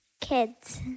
Kids